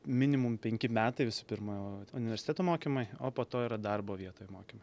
minimum penki metai visų pirma universiteto mokymai o po to yra darbo vietoj mokymai